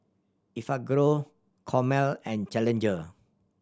Enfagrow Chomel and Challenger